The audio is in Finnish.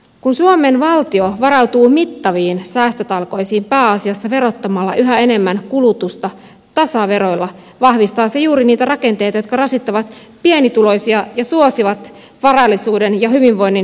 kun suomen valtio varautuu mittaviin säästötalkoisiin pääasiassa verottamalla yhä enemmän kulutusta tasaveroilla vahvistaa se juuri niitä rakenteita jotka rasittavat pienituloisia ja suosivat varallisuuden ja hyvinvoinnin keskittymistä